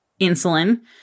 insulin